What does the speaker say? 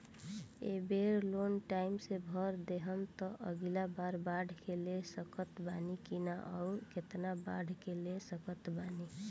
ए बेर loan time से भर देहम त अगिला बार बढ़ा के ले सकत बानी की न आउर केतना बढ़ा के ले सकत बानी?